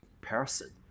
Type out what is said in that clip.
person